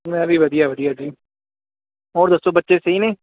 ਮੈਂ ਵੀ ਵਧੀਆ ਵਧੀਆ ਜੀ ਹੋਰ ਦੱਸੋ ਬੱਚੇ ਸਹੀ ਨੇ